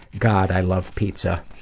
god, i love pizza.